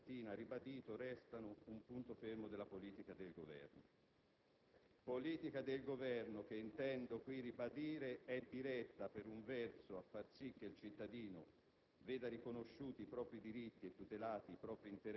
ma le linee della sua azione, che lui stesso questa mattina ha ribadito, restano un punto fermo della politica del Governo. *(Commenti del senatore Palma).* Politica del Governo che, intendo qui ribadire, è diretta, per un verso, a far sì che il cittadino